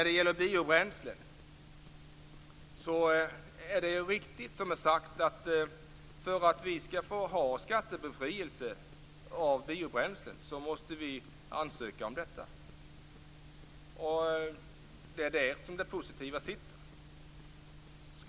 Det är riktigt att vi måste ansöka om skattebefrielse för biobränslen för att vi skall få detta. Det är där som det positiva finns.